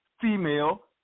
female